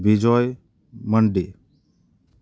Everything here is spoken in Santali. ᱵᱤᱡᱚᱭ ᱢᱟᱱᱰᱤ